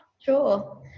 Sure